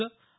लं